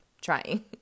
trying